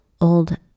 old